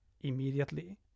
immediately